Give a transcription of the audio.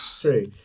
True